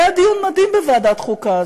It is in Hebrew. היה דיון מדהים בוועדת החוקה.